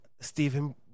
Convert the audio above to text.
Stephen